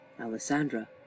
Alessandra